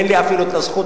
אין אפילו לרגע הזכות